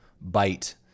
bite